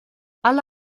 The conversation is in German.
alle